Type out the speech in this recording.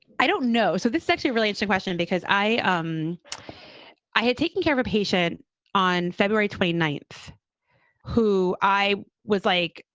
i don't know. so this actually relates to question because i. um i had taken care of a patient on february twenty ninth who i was like.